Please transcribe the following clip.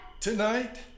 Tonight